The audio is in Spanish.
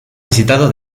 visitado